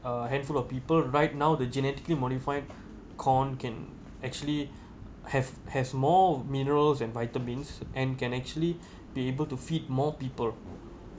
uh handful of people right now the genetically modify corn can actually have has more of minerals and vitamins and can actually be able to feed more people